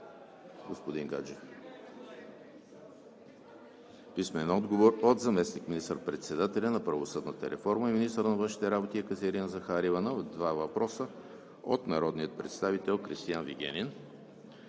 Христо Гаджев; - заместник министър-председателя на правосъдната реформа и министър на външните работи Екатерина Захариева на два въпроса от народния представител Кристиан Вигенин;